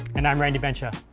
and i'm randi bentia.